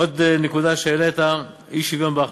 עוד נקודה שהעלית, אי-שוויון בהכנסות: